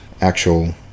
actual